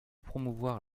promouvoir